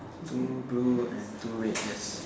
two blue and two red yes